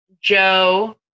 Joe